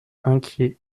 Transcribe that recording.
inquiet